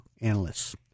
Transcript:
analysts